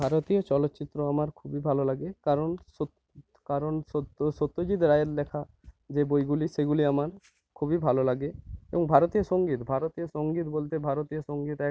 ভারতীয় চলচ্চিত্র আমার খুবই ভালো লাগে কারণ সৎ কারণ সত্য সত্যজিৎ রায়ের লেখা যে বইগুলি সেগুলি আমার খুবই ভালো লাগে এবং ভারতীয় সঙ্গীত ভারতীয় সঙ্গীত বলতে ভারতীয় সঙ্গীত এক